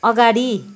अगाडि